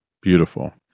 Beautiful